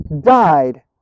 died